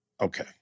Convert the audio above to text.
Okay